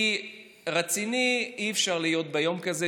כי רציני אי-אפשר להיות ביום כזה,